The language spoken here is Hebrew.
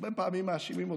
הרבה פעמים מאשימים אותנו,